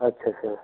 अच्छा अच्छा